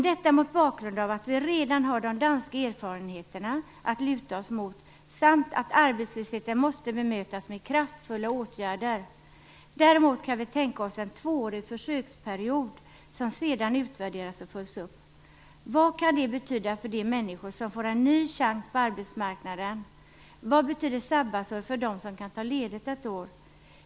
Detta mot bakgrund av att vi redan har de danska erfarenheterna att luta oss mot samt att arbetslösheten måste bemötas med kraftfulla åtgärder. Däremot kan vi tänka oss en tvåårig försöksperiod som sedan utvärderas och följs upp. Vad kan det betyda för de människor som får en ny chans på arbetsmarknaden? Vad betyder ett sabbatsår för dem som kan ta ledigt ett år?